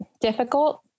difficult